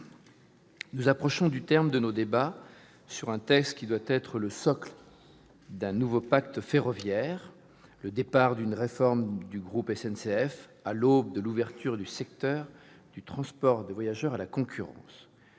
nous approchons du terme de nos débats sur un texte qui doit être le socle d'un nouveau pacte ferroviaire, le départ d'une réforme du groupe SNCF, à l'aube de l'ouverture du secteur du transport de voyageurs à la concurrence.